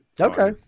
Okay